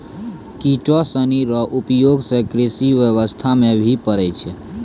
किटो सनी रो उपयोग से कृषि व्यबस्था मे भी पड़ै छै